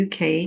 UK